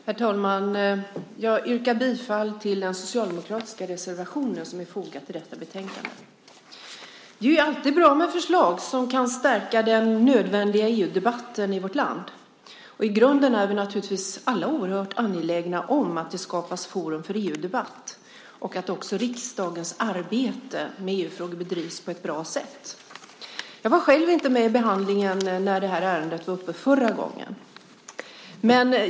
Herr talman! Jag yrkar bifall till den socialdemokratiska reservationen som finns i betänkandet. Det är bra med förslag som kan stärka den nödvändiga EU-debatten i vårt land. I grunden är vi naturligtvis alla oerhört angelägna om att det skapas forum för EU-debatt och att också riksdagens arbete med EU-frågor bedrivs på ett bra sätt. Jag var inte själv med i behandlingen när det här ärendet var uppe förra gången.